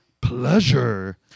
pleasure